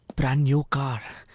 brand new car.